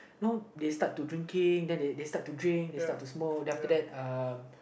you know they start to drinking then they start to drink start to smoke then after that uh